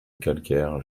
calcaire